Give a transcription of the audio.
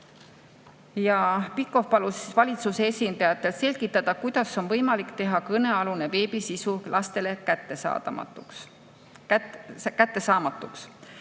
Pikhof palus valitsuse esindajatel selgitada, kuidas on võimalik teha kõnealune veebisisu lastele kättesaamatuks.